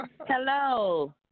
Hello